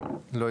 4 נמנעים,